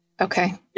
Okay